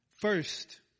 First